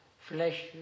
flesh